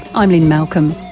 i'm lynne malcolm.